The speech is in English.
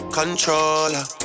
controller